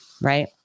right